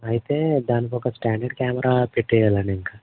అయితే దానికొక standard camera పెట్టేయాలండి ఇంక